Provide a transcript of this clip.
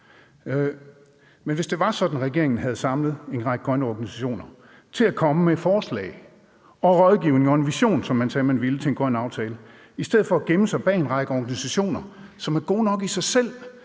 Men hvis det var sådan, at regeringen havde samlet en række grønne organisationer til at komme med forslag og rådgivning og en vision, som man sagde man ville gøre, om en grøn aftale i stedet for at gemme sig bag en række organisationer, som er gode nok i sig selv,